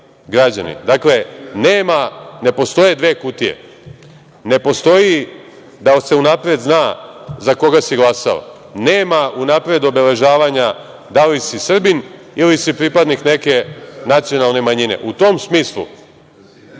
građani. Dakle, ne postoje dve kutije, ne postoji da se unapred zna za koga si glasao, nema unapred obeležavanja da li si Srbin ili si pripadnik neke nacionalne manjine.U tom smislu,